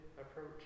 approach